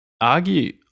argue